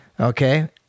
okay